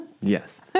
Yes